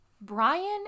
Brian